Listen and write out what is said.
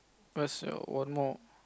where's your one more